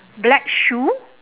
black shoe